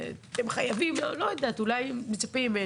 אתם חייבים, לא יודעת, אולי אתם מצפים.